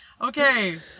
Okay